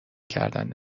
کردن